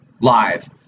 live